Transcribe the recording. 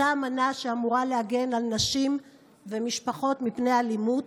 אותה אמנה שאמורה להגן על נשים ומשפחות מפני אלימות.